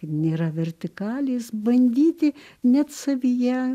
nėra vertikalės bandyti net savyje